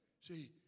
See